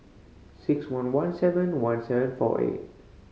six one one seven one seven four eight